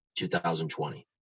2020